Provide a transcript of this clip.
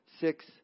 six